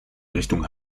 richtung